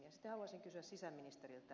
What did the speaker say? sitten haluaisin kysyä sisäministeriltä